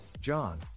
John